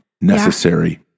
necessary